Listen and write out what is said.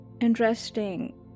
Interesting